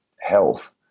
health